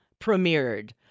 premiered